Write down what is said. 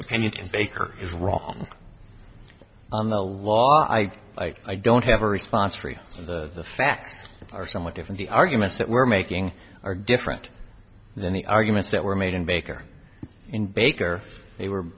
opinion baker is wrong on the law i i don't have a response re the facts are somewhat different the arguments that we're making are different than the arguments that were made in baker in baker they were